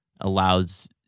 allows